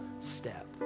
step